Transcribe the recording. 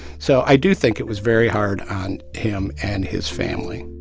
so i do think it was very hard on him and his family